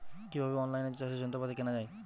কিভাবে অন লাইনে চাষের যন্ত্রপাতি কেনা য়ায়?